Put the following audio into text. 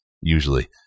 Usually